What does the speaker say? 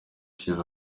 ishize